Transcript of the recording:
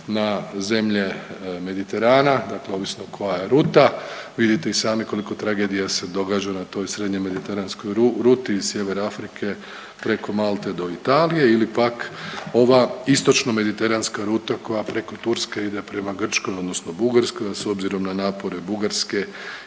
na zemlje Mediterana, dakle ovisno koja je ruta, vidite i sami koliko tragedija se događa na toj srednje mediteranskoj ruti iz Sjevera Afrike preko Malte do Italije ili pak ova istočno mediteranska ruta koja preko Turske ide prama Grčkoj odnosno Bugarskoj, a s obzirom na napore Bugarske